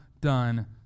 done